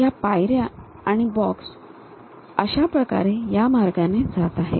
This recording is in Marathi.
तर या पायऱ्या आणि बॉक्स अशा प्रकारे या मार्गाने जात आहेत